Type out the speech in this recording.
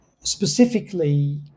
specifically